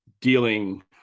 dealing